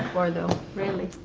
for though really?